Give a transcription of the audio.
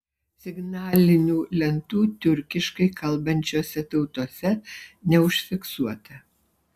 signalinių lentų tiurkiškai kalbančiose tautose neužfiksuota